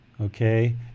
okay